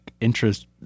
interest